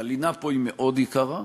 הלינה פה היא מאוד יקרה,